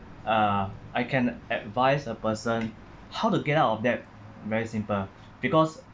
uh I can advise a person how to get out of that very simple because